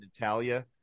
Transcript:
Natalia